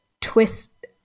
Twist